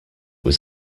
was